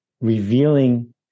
revealing